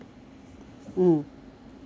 mm